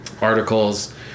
articles